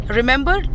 remember